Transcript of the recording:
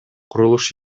курулуш